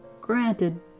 Granted